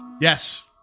Yes